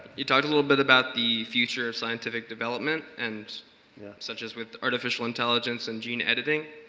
you talked a little bit about the future of scientific development and yeah such as with artificial intelligence and gene editing.